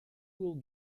will